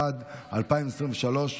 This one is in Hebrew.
התשפ"ד 2023,